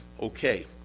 Okay